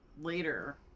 later